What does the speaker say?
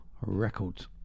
records